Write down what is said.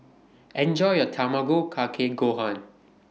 Enjoy your Tamago Kake Gohan